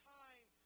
time